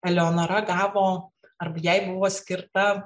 eleonora gavo arba jai buvo skirta